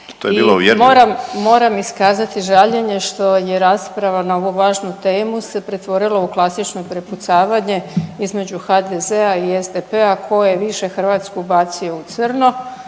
moram iskazati žaljenje što je rasprava na ovu važnu temu se pretvorila u klasično prepucavanje između HDZ-a i SDP-a tko je više Hrvatsku bacio u crno,